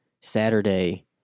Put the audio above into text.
Saturday